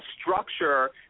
structure